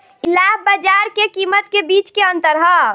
इ लाभ बाजार के कीमत के बीच के अंतर ह